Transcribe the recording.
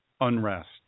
Unrest